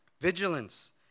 Vigilance